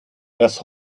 das